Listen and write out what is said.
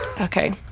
Okay